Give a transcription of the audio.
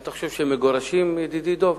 אתה חושב שהם מגורשים, ידידי דב?